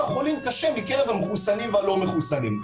חולים קשה מקרב המחוסנים והלא מחוסנים.